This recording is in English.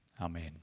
Amen